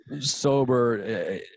sober